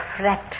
fret